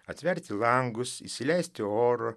atverti langus įsileisti oro